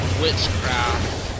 witchcraft